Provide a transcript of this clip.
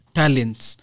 talents